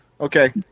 Okay